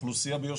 האוכלוסייה ביו"ש,